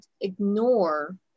ignore